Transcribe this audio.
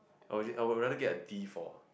I would I would rather get a D for